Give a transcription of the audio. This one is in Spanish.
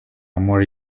amor